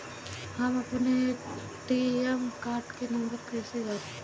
हम अपने ATM card के नंबर कइसे जानी?